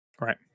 right